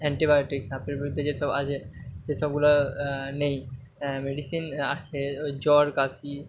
antibiotic সাপের বিরুদ্ধে যেসব আছে সে সবগুলা নেই মেডিসিন আছে ওই জ্বর কাশি